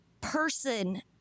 person